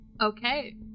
Okay